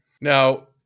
Now